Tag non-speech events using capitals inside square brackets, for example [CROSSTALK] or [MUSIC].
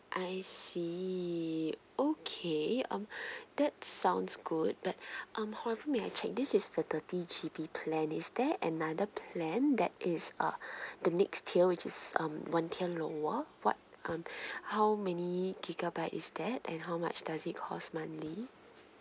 I see okay um [BREATH] that's sounds good but [BREATH] um probably may I check this is the thirteen G_B plan is there a another plan that is uh [BREATH] the next tier which is um one tier lower what um [BREATH] how many gigabyte is that and how much does it cost monthly